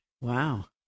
Wow